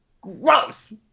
gross